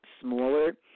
smaller